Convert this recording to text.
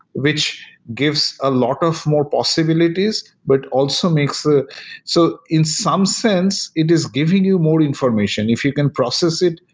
which gives a lot of more possibilities, but also makes the so in some sense, it is giving you more information. if you can process it,